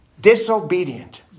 disobedient